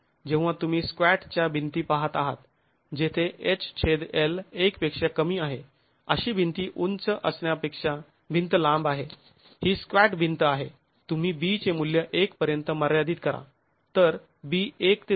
जेव्हा तुम्ही स्क्वॅट च्या भिंती पहात आहात जेथे h छेद l १ पेक्षा कमी आहे अशी भिंत उंच असण्यापेक्षा भिंत लांब आहे ही स्क्वॅट भिंत आहे तुम्ही b चे मूल्य १ पर्यंत मर्यादित करा तर b १ ते १